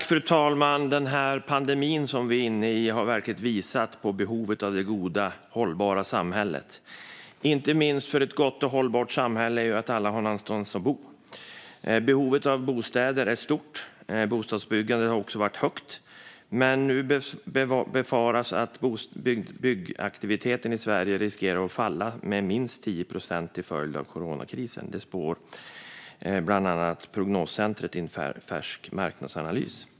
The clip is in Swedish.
Fru talman! Pandemin som vi är inne i har verkligen visat på behovet av det goda, hållbara samhället. För ett gott och hållbart samhälle är det inte minst viktigt att alla har någonstans att bo. Behovet av bostäder är stort. Takten för bostadsbyggandet har också varit hög. Men nu befaras att byggaktiviteten i Sverige riskerar att falla med minst 10 procent till följd av coronakrisen. Det spår bland annat Prognoscentret i en färsk marknadsanalys.